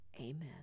Amen